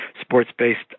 sports-based